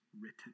written